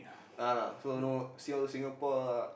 uh no so no see all the Singapore lah